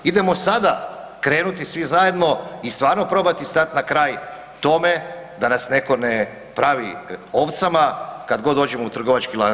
Idemo sada krenuti svi zajedno i stvarno probati stat na kraj tome da nas neko ne pravi ovcama kad god dođemo u trgovački lanac.